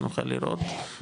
שנוכל לראות.